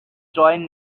join